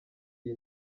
iyi